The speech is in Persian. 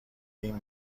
این